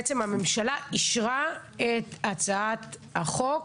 בעצם הממשלה אישרה את הצעת החוק